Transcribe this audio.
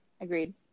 Agreed